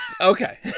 Okay